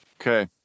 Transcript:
Okay